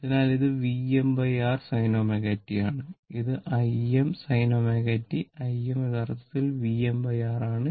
അതിനാൽ ഇത് Vm R sin ω t ആണ് ഇത് Im sin ω t Im യഥാർത്ഥത്തിൽ Vm R ആണ്